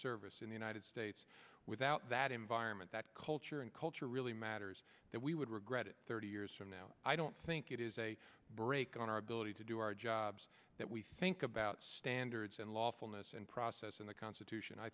service in the united states without that environment that culture and culture really matters that we would regret it thirty years from now i don't think it is a brake on our ability to do our jobs that we think about standards and lawfulness and process in the constitution i